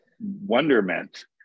wonderment